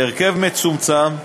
בהרכב מצומצם,